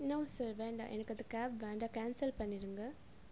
no sir வேண்டாம் எனக்கு அந்த கேப் வேண்டாம் கேன்சல் பண்ணிடுங்க